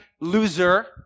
loser